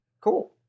Cool